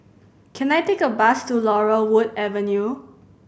can I take a bus to Laurel Wood Avenue